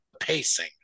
pacing